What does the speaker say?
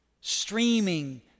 streaming